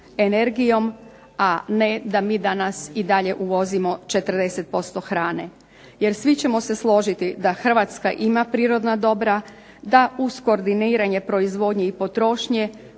energijom a ne da mi danas uvozimo 40% hrane. Jer svi ćemo se složiti da Hrvatska ima prirodna dobra da uz koordiniranje proizvodnje i potrošnje